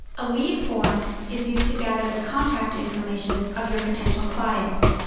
a lead form is used to gather the contact information of your potential clients.